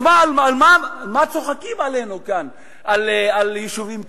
אז מה צוחקים עלינו בפנים כאילו מדובר ביישובים קהילתיים?